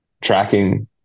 tracking